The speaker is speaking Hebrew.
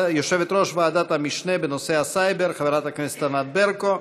ועדת המשנה בנושא הסייבר חברת הכנסת ענת ברקו.